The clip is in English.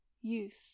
use